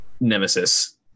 Nemesis